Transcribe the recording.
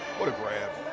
what a grab.